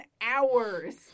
hours